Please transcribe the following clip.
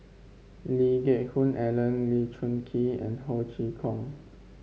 Lee Geck Hoon Ellen Lee Choon Kee and Ho Chee Kong